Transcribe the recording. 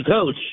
coach